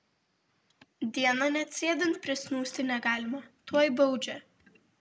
dieną net sėdint prisnūsti negalima tuoj baudžia